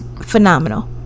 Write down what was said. phenomenal